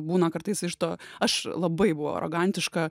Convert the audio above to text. būna kartais iš to aš labai buvau arogantiška